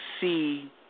see